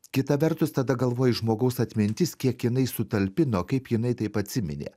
kita vertus tada galvoji žmogaus atmintis kiek jinai sutalpino kaip jinai taip atsiminė